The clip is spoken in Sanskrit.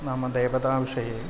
नाम देवताविषये